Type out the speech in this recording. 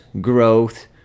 growth